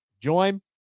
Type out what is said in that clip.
Join